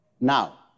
Now